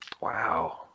Wow